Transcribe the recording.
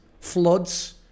floods